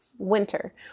winter